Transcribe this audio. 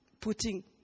putting